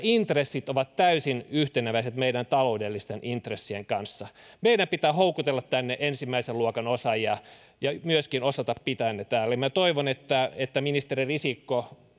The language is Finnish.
intressit ovat täysin yhteneväiset meidän taloudellisten intressiemme kanssa meidän pitää houkutella tänne ensimmäisen luokan osaajia ja myöskin osata pitää heidät täällä minä toivon että että ministeri risikko